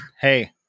hey